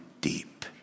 deep